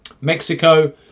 Mexico